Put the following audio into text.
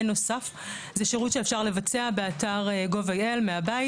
בנוסף זה שירות שאפשר לבצע באתר gov.il מהבית.